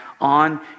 on